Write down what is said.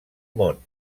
món